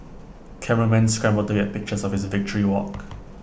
cameramen scramble to get pictures of his victory walk